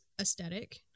aesthetic